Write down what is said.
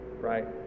right